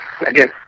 again